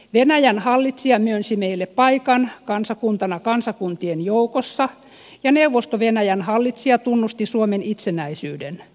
venäjän hallitsija myönsi meille paikan kansakuntana kansakuntien joukossa ja neuvosto venäjän hallitsija tunnusti suomen itsenäisyyden